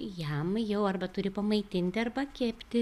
jam jau arba turi pamaitinti arba kepti